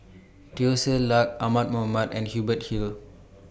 Teo Ser Luck Ahmad Mattar and Hubert Hill